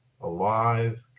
alive